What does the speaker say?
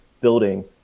building